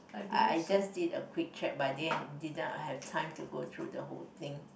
I I just did a quick check but I didn't didn't I have time to go through the whole thing